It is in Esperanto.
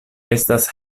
estas